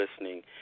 listening